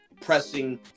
pressing